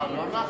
אה, לא נחה?